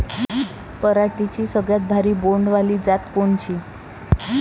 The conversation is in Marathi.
पराटीची सगळ्यात भारी बोंड वाली जात कोनची?